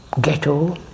ghetto